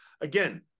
again